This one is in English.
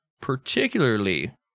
particularly